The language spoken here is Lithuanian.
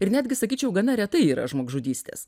ir netgi sakyčiau gana retai yra žmogžudystės